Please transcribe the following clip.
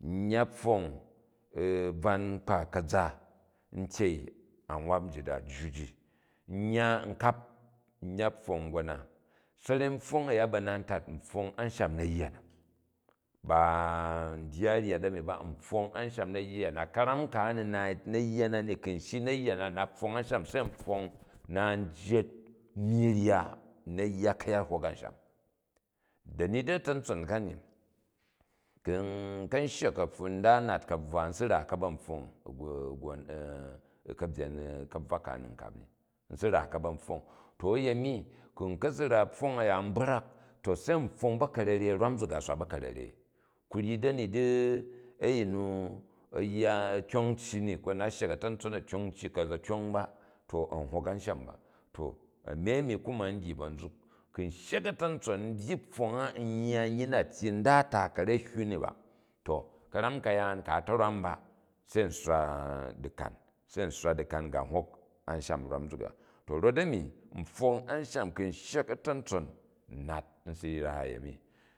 n yya pfong bvan kpa ka̱za n tyei a wap njit a jju ji, n yaja n kap n yya pfong gona. Sa̱rei npfong a̱ya ba̱na ntat n pfong ansbham na̱ yya na. Ba n diyal u ryat a̱ni ba n pfong anshani na̱ yya na. Ka̱ram ka n ni naal na yya nano, ku m shyi u na̱ yya na, n na̱ pfong ansham, se n pfong na n jyet myyi rya. N na̱ yya ka̱yal hok a̱nsham. Dani di a̱ta̱ntson kani, ku̱ n ka̱ shyek ka̱pfun nda nal ka̱buwa, u sira ka̱ba̱ pfong ka̱bvwa ka n ni kap ni, n si ra ka̱ba̱ pfong. To uyemi, ku u ka̱ si ra pfomng a̱ya nbrak, to se n pfong ba̱ka̱rere rwam nzuk a swal ba̱ka̱rere. Ku ryi dani di a̱yin nu, a̱ yya, a̱ tyong cyi nin ko a̱ na shyek a̱tantson a tyong cyi, ku a̱ za̱ tyong ba to a̱n hok a̱nsham ba. To a̱ni a̱ni ku ma n dyi ba nzuk ko u shyek a̱tantson n byyi pfong a n yya nyyi na iyyi n da ta ka̱ ra̱ hywu ni ba to ka̱ram ka̱yaam ku̱ a ta̱rwan ba se n sswa dikam se n sswa dikan n ga hok ansham rwam nzak a. To rot-a̱ni, npfong anshan ku u shyek a̱ta̱ntson n nat n si ra uyemi.